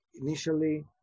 initially